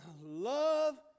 Love